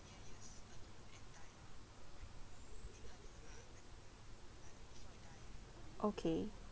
okay